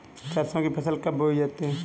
सरसों की फसल कब बोई जाती है?